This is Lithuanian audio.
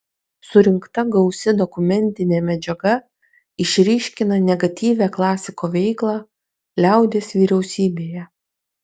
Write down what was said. surinkta gausi dokumentinė medžiaga išryškina negatyvią klasiko veiklą liaudies vyriausybėje